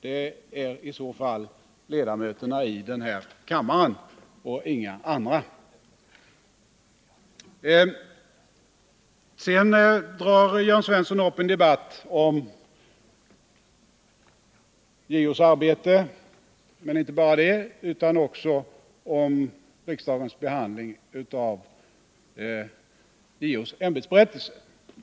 Det är ledamöterna i den här kammaren och inga andra. Sedan drog Jörn Svensson upp en debatt om JO:s arbete men inte bara det utan också om riksdagens behandling av JO:s ämbetsberättelse.